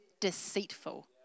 deceitful